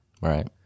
Right